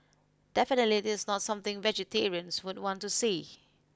definitely this is not something vegetarians would want to see